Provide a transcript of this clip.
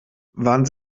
waren